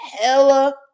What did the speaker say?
hella